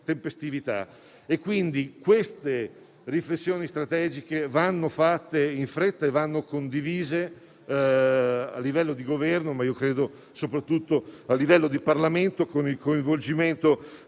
tempestività. Quindi, queste riflessioni strategiche vanno fatte in fretta e vanno condivise a livello di Governo, ma soprattutto a livello di Parlamento, con il coinvolgimento